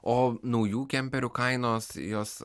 o naujų kemperių kainos jos